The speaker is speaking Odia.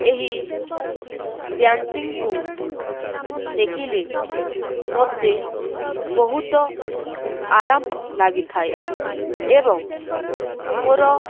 ଏହି ଡ୍ୟାନ୍ସିଂକୁ ଦେଖିଲେ ମୋତେ ବହୁତ ଆରାମ ଲାଗିଥାଏ ଏବଂ ମୋର